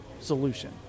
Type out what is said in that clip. solution